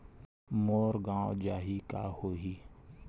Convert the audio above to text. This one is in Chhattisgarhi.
मोर गंवा जाहि का होही?